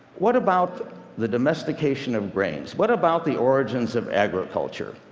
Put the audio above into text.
what about the domestication of grains? what about the origins of agriculture?